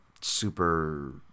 Super